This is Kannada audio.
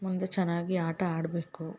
ಮುಂದೆ ಚೆನ್ನಾಗಿ ಆಟ ಆಡಬೇಕು